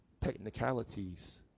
technicalities